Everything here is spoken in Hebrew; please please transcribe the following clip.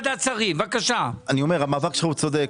הדתית, המאבק שלך צודק,